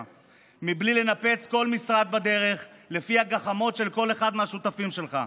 בלי לנפץ כל משרד בדרך לפי הגחמות של כל אחד מהשותפים שלך.